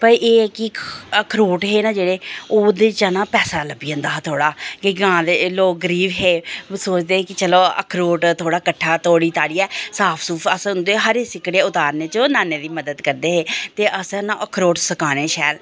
ते एह् ऐ कि अखरोट हे ना जेह्ड़े ओह्दे चा ना पैसा लब्भी जंदा हा थोह्ड़ा कि ग्रांऽ दे लोग करीब हे ओह् सोचदे हे चलो अखरोट थोह्ड़ा कट्ठा तोड़ी ताड़ियै साफ सूफ अस उंदे हरे सिक्कड़े उतारने च ओह् नाने दी मदद करदे हे उ'नें अखरोट सकाने शैल